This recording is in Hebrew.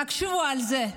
תחשבו על זה: